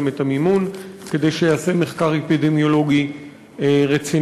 את המימון כדי שייעשה מחקר אפידמיולוגי רציני,